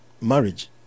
marriage